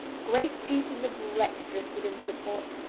great pieces of wreck drifted into the port,